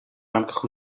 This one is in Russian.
рамках